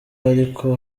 hariko